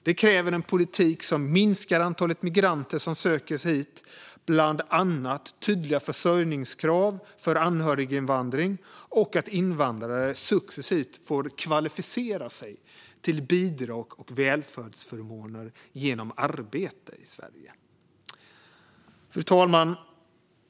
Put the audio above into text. Det kräver en politik som minskar antalet migranter som söker sig hit, bland annat genom tydliga försörjningskrav för anhöriginvandring och att invandrare successivt får kvalificera sig till bidrag och välfärdsförmåner genom arbete i Sverige. Fru talman!